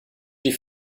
die